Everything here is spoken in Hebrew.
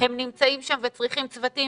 הם נמצאים שם וצריכים צוותים.